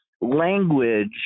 Language